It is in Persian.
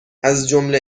ازجمله